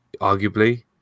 arguably